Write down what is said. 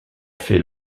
fait